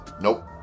Nope